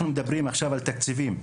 אנחנו מדברים עכשיו על תקציבים,